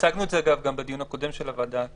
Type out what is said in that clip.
הצגנו את זה גם בדיון הקודם של הוועדה,